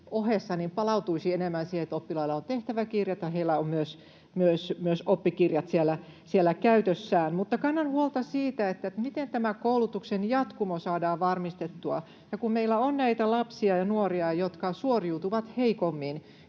palautuisi enemmän siihen, että oppilailla on tehtäväkirjat ja heillä on myös oppikirjat siellä käytössään. Mutta kannan huolta siitä, miten tämä koulutuksen jatkumo saadaan varmistettua. Kun meillä on näitä lapsia ja nuoria, jotka suoriutuvat heikommin,